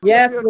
Yes